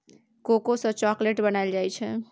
cocoa सँ चाकलेटो बनाइल जाइ छै